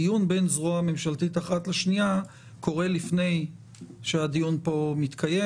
הדיון בין זרוע ממשלתית אחת לשנייה קורה לפני שהדיון פה מתקיים.